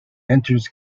enters